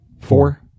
Four